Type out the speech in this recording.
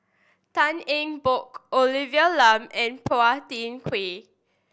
Tan Eng Bock Olivia Lum and Phua Thin Kiay